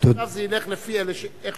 עכשיו זה ילך לפי הסדר שנכנסתם.